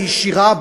הישירה,